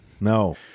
No